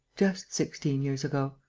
just sixteen years ago.